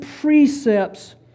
precepts